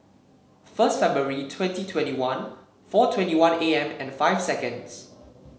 first February twenty twenty one four twenty one A M and five seconds